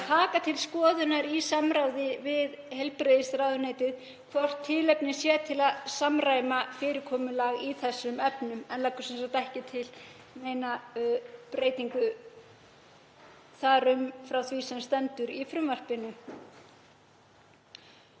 að taka til skoðunar í samráði við heilbrigðisráðuneytið hvort tilefni er til að samræma fyrirkomulag í þessum efnum, en leggur ekki til breytingu þar um frá því sem stendur í frumvarpinu.